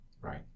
Right